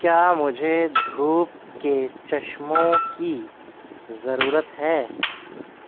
کیا مجھے دھوپ کے چشموں کی ضرورت ہے